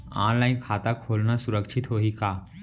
Online खाता खोलना सुरक्षित होही का?